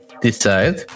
decide